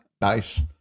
Nice